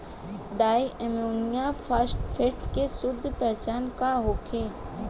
Di ammonium phosphate के शुद्ध पहचान का होखे?